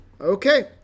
Okay